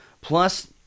plus